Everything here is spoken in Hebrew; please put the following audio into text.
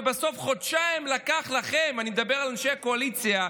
ובסוף לקח לכם חודשיים אני מדבר על אנשי הקואליציה,